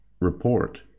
report